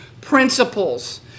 principles